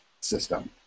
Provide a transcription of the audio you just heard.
system